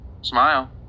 Smile